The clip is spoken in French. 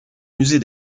musée